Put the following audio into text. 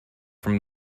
from